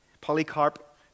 Polycarp